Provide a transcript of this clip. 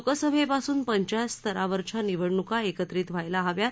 लोकसभेपासून पंचायत स्तरावरच्या निवडण्का एकत्रित व्हायला हव्यात